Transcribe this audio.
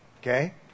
okay